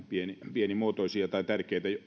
pienimuotoisia mutta tärkeitä